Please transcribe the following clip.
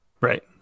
right